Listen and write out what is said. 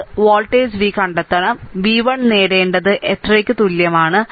node volt v കണ്ടെത്തണം v 1 നേടേണ്ടത് എത്രയ്ക്ക് തുല്യമാണ്